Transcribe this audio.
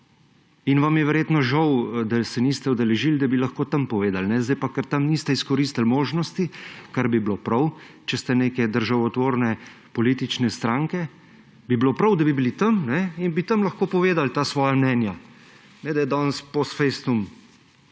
In vam je verjetno žal, da se niste udeležili, da bi lahko tam povedali. Ker tam niste izkoristili možnosti, kar bi bilo prav. Če ste neke državotvorne politične stranke, bi bilo prav, da bi bili tam in bi tam lahko povedali ta svoja mnenja. Ne da danes post festum,